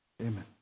Amen